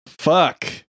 Fuck